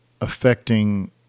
affecting